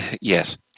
yes